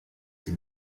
sie